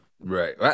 Right